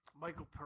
Michael